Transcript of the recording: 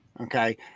Okay